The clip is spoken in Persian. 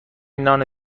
نان